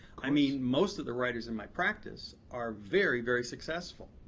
i mean, most of the writers in my practice are very, very successful.